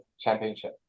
championship